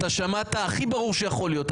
אתה שמעת הכי ברור שיכול להיות,